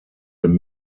den